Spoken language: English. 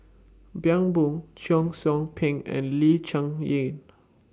Bani Buang Cheong Soo Pieng and Lee Cheng Yan